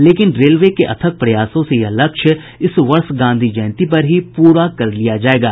लेकिन रेलवे के अथक प्रयासों से यह लक्ष्य इस वर्ष गांधी जयंती पर ही पूरा कर लिया जाएगा